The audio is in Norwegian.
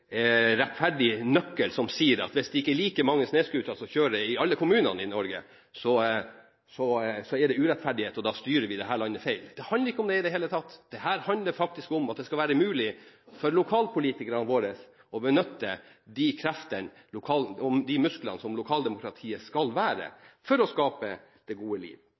rettferdig nøkkel som sier at hvis det ikke er like mange snøscootere som kjører i alle kommuner i Norge, er det urettferdighet, og da styrer vi dette landet feil. Det handler ikke om det i det hele tatt. Det handler faktisk om at det skal være mulig for lokalpolitikerne våre å benytte de kreftene og de musklene som lokaldemokratiet skal være for å skape det gode liv.